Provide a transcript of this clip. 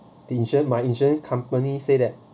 the insurance my insurance company say that